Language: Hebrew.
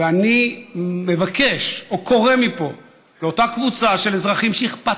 ואני מבקש או קורא מפה לאותה קבוצה של אזרחים שאכפת